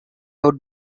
out